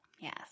Yes